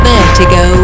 Vertigo